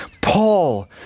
Paul